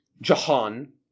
Jahan